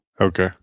Okay